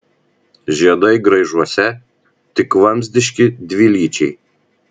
žiedai graižuose tik vamzdiški dvilyčiai